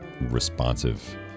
responsive